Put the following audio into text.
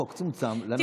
החוק צומצם לנושא ספציפי.